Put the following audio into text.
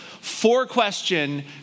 four-question